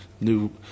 new